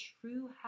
true